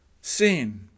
Sin